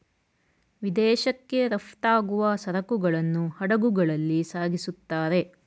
ವಿದೇಶಕ್ಕೆ ರಫ್ತಾಗುವ ಸರಕುಗಳನ್ನು ಹಡಗುಗಳಲ್ಲಿ ಸಾಗಿಸುತ್ತಾರೆ